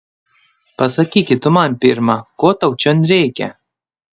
pasakyki tu man pirma ko tau čion reikia